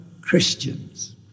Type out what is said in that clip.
Christians